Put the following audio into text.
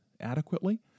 adequately